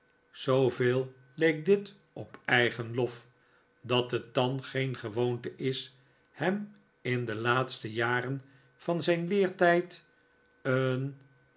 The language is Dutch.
zooveel leek dit op eigen lof dat het dan geen gewoonte is hem in de laatste jaren van zijn leertijd een